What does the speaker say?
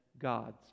God's